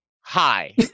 Hi